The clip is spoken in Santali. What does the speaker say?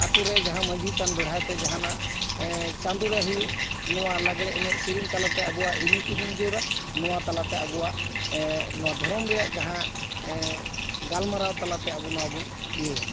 ᱟᱛᱳ ᱨᱮ ᱡᱟᱦᱟᱸ ᱢᱟᱺᱡᱷᱤ ᱛᱷᱟᱱ ᱵᱮᱲᱦᱟᱭ ᱛᱮᱱᱟᱜ ᱪᱟᱸᱫᱳ ᱨᱮ ᱦᱩᱭᱩᱜ ᱱᱚᱣᱟ ᱞᱟᱜᱽᱲᱮ ᱮᱱᱮᱡ ᱥᱮᱨᱮᱧ ᱛᱟᱞᱟᱛᱮ ᱟᱵᱚᱣᱟᱜ ᱤᱭᱩᱱᱤᱴᱤ ᱵᱚᱱ ᱡᱳᱨᱟ ᱱᱚᱣᱟ ᱛᱟᱞᱟᱛᱮ ᱟᱵᱚᱣᱟᱜ ᱱᱚᱣᱟ ᱫᱷᱚᱨᱚᱢ ᱨᱮᱭᱟᱜ ᱡᱟᱦᱟᱸ ᱜᱟᱞᱢᱟᱨᱟᱣ ᱛᱟᱞᱟᱛᱮ ᱟᱵᱚ ᱚᱱᱟ ᱵᱚᱱ ᱤᱭᱟᱹᱭᱟ